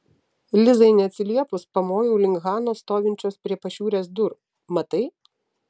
lizai neatsiliepus pamojau link hanos stovinčios prie pašiūrės durų matai